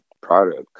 product